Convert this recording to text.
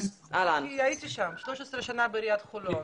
אני הייתי שם 13 שנה בעיריית חולון.